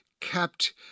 kept